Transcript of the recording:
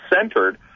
centered